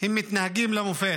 הם מתנהגים למופת.